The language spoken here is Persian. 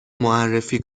معرفی